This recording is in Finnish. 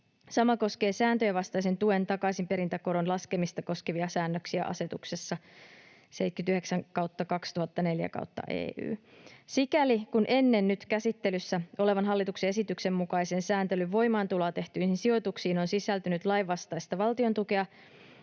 Sama koskee sääntöjenvastaisen tuen takaisinperintäkoron laskemista koskevia säännöksiä asetuksessa 79/2004/EY. Sikäli kuin ennen nyt käsittelyssä olevan hallituksen esityksen mukaisen sääntelyn voimaantuloa tehtyihin sijoituksiin on sisältynyt lainvastaista valtiontukea,